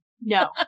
No